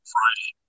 Friday